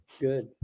Good